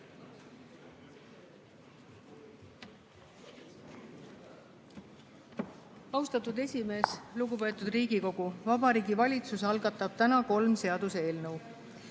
Austatud esimees! Lugupeetud Riigikogu! Vabariigi Valitsus algatab täna kolm seaduseelnõu.